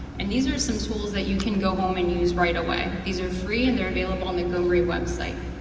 and these are some tools that you can go home and use right away. these are free and they are available on the gomri website.